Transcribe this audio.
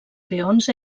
peons